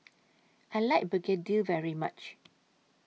I like Begedil very much